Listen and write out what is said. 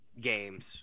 games